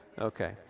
Okay